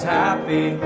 happy